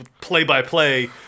play-by-play